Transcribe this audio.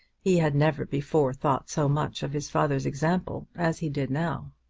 he had never before thought so much of his father's example as he did now.